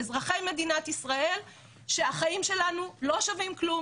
אזרחי מדינת ישראל שהחיים שלנו לא שווים כלום.